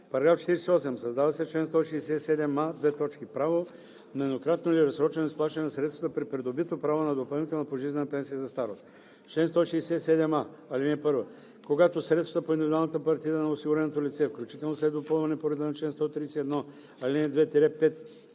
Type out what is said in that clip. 48: „§ 48. Създава се чл. 167а: „Право на еднократно или разсрочено изплащане на средствата при придобито право на допълнителна пожизнена пенсия за старост Чл. 167а. (1) Когато средствата по индивидуалната партида на осигуреното лице, включително след допълване по реда на чл. 131, ал. 2 – 5,